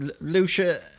Lucia